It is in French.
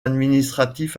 administratif